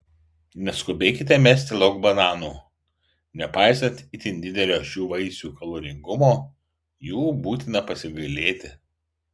neskubėkite mesti lauk bananų nepaisant itin didelio šių vaisių kaloringumo jų būtina pasigailėti